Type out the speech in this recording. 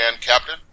Captain